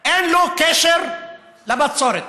אין לו קשר לבצורת.